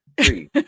three